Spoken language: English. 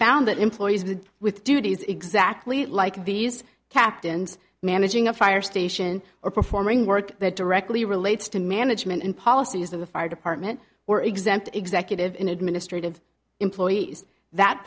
found that employees did with duties exactly like these captains managing a fire station or performing work that directly relates to management and policies of the fire department were exempt executive in administrative employees that